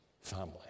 family